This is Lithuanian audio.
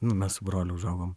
nu mes su broliu užaugom